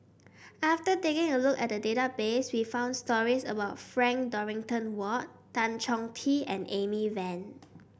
after taking a look at the database we found stories about Frank Dorrington Ward Tan Chong Tee and Amy Van